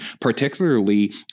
particularly